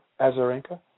Azarenka